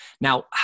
Now